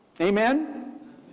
amen